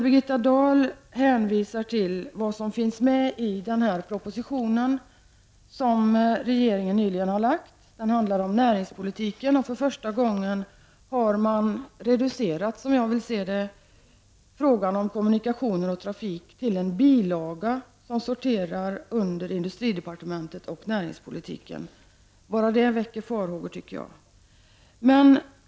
Birgitta Dahl hänvisar där till vad som finns med i den proposition som regeringen nyligen har lagt fram. Den handlar om näringspolitiken, och för första gången har man som jag vill se det reducerat frågan om kommunikation och trafik till en bilaga som sorterar under industridepartementet och näringspolitiken. Bara det väcker farhågor, tycker jag.